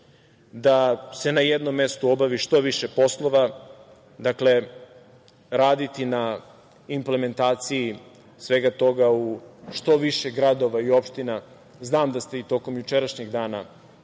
da se na jednom mestu obavi što više poslova, dakle raditi na implementaciji svega toga u što više gradova i opština. Znam da ste i tokom jučerašnjeg dana